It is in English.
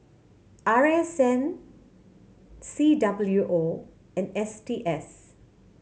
R S N C W O and S T S